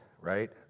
right